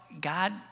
God